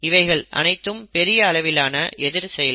இவைகள் அனைத்தும் பெரிய அளவிலான எதிர் செயல்கள்